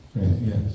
yes